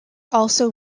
also